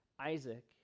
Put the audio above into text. Isaac